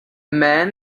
man